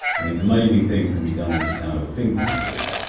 amazing things can be done with the sound of a ping-pong ball,